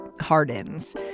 hardens